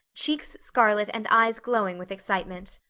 cheeks scarlet and eyes glowing with excitement.